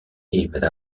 est